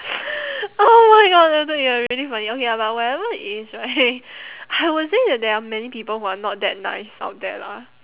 oh my god that took ya really funny ya okay ya but whatever it is right I will say that there are many people who are not that nice out there lah